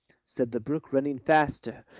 said the brook running faster,